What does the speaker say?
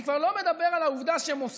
אני כבר לא מדבר על העובדה שמוסדית,